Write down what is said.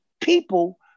people